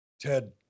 Ted